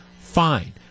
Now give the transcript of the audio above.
fine